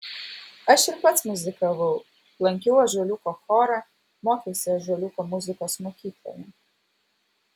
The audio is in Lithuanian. aš ir pats muzikavau lankiau ąžuoliuko chorą mokiausi ąžuoliuko muzikos mokykloje